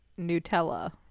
nutella